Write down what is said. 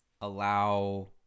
allow